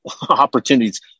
Opportunities